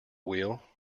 wheel